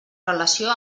relació